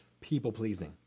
people-pleasing